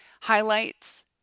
highlights